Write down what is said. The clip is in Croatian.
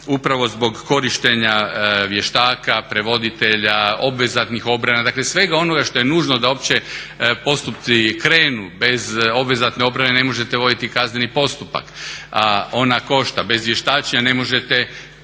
upravo zbog korištenja vještaka, prevoditelja, obvezatnih obrana, dakle svega onoga što je nužno da uopće postupci krenu, bez obvezatne opreme ne možete voditi kazneni postupak on košta. Bez vještačenja ne možete